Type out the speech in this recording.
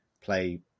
play